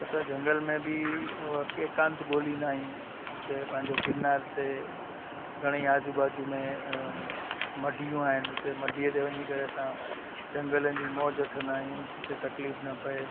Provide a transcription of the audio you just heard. त असां जंगल में बि एकांत ॻोल्हींदा आहियूं हुते पंहिंजो गिरनार ते घणई आजू बाजू में मडियूं आहिनि मडिये ते वञी करे असां जंगलनि में मौज वठंदा आहियूं जिते तकलीफ़ न पए